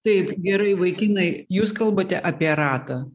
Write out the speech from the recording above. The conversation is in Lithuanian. taip gerai vaikinai jūs kalbate apie ratą